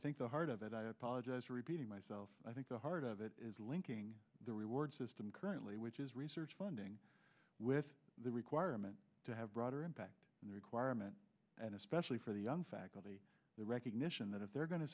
think the heart of it i apologize for repeating myself i think the heart of it is linking the reward system currently which is research funding with the requirement to have broader impact on the requirement and especially for the young faculty the recognition that if they're going to